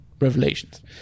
revelations